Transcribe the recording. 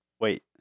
Wait